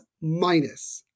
minus